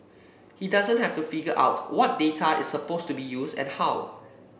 he doesn't have to figure out what data is supposed to be used and how